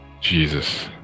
Jesus